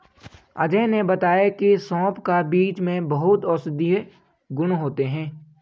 अजय ने बताया की सौंफ का बीज में बहुत औषधीय गुण होते हैं